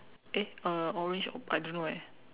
eh uh orange I don't know eh